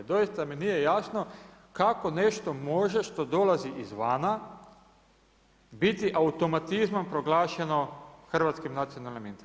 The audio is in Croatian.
Doista mi nije jasno kako nešto može, što dolazi izvana biti automatizmom proglašenom hrvatskim nacionalnim interesom?